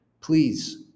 Please